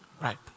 Right